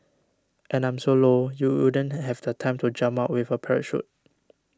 and I'm so low you wouldn't have the time to jump out with a parachute